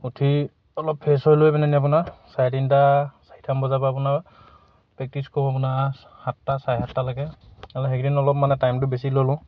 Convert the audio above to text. উঠি অলপ ফ্ৰেছ হৈ লৈ পিনে আপোনাৰ চাৰে তিনিটা চাৰিটামান বজাৰ পৰা আপোনাৰ প্ৰেক্টিছ কৰো আপোনাৰ সাতটা চাৰে সাতটালৈকে সেইকেইদিন অলপ মানে টাইমটো বেছি ল'লোঁ